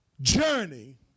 journey